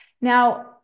Now